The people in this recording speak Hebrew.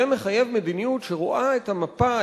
זה מחייב מדיניות שרואה את המפה,